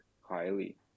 highly